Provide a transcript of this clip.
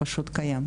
הוא פשוט קיים.